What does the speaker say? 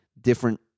different